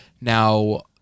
Now